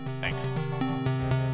Thanks